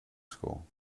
school